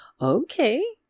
Okay